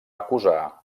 acusar